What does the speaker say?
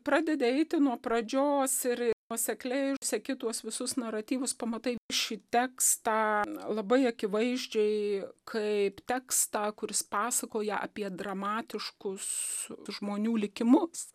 pradedi eiti nuo pradžios ir nuosekliai seki tuos visus naratyvus pamatai šį tekstą labai akivaizdžiai kaip tekstą kuris pasakoja apie dramatiškus žmonių likimus